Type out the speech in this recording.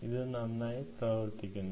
ഇത് നന്നായി പ്രവർത്തിക്കുന്നു